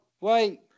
wait